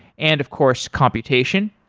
and of course computation.